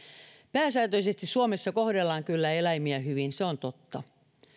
pääsääntöisesti suomessa kohdellaan kyllä eläimiä hyvin se on totta